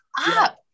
up